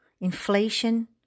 inflation